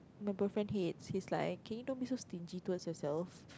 my boyfriend hates he's like can you like don't be so stingy towards yourself